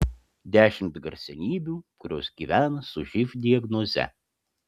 dešimt garsenybių kurios gyvena su živ diagnoze